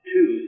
Two